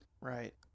Right